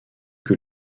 que